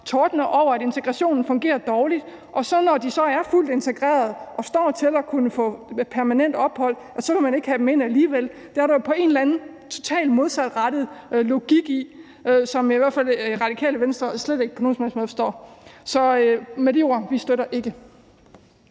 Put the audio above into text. tordne over, at integrationen fungerer dårligt, og så, når de er fuldt integreret og står til at kunne få permanent ophold, med den anden hånd ikke ville have dem ind alligevel. Det er der jo en eller anden totalt modsatrettet logik i, som vi i hvert fald i Radikale Venstre slet ikke på nogen som helst måde forstår. Så med de ord støtter vi det